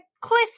cliff